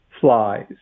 flies